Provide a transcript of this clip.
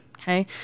okay